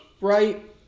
Right